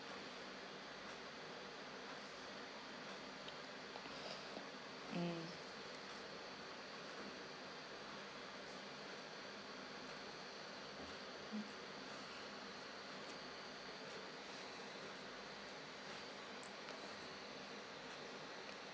mm